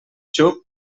xup